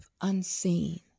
unseen